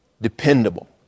dependable